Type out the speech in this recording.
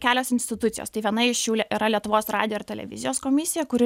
kelios institucijos tai viena iš jų yra lietuvos radijo ir televizijos komisija kuri